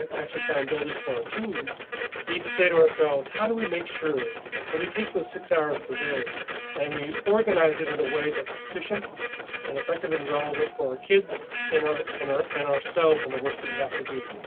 action plan builders for our teams need to say to ourselves. how do we make sure that we take those six hours per day and we organize it in a way thats efficient and effective and relevant for our kids in our in our selves in the work that we have to do,